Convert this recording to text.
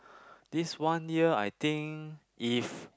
this one year I think if